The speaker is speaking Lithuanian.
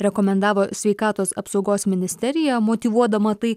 rekomendavo sveikatos apsaugos ministerija motyvuodama tai